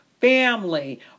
family